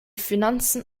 finanzen